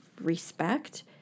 respect